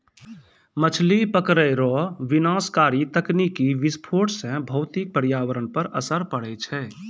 मछली पकड़ै रो विनाशकारी तकनीकी विस्फोट से भौतिक परयावरण पर असर पड़ै छै